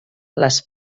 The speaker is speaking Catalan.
les